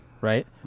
right